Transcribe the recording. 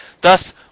Thus